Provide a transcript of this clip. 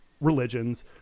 religions